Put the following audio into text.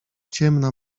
ciemna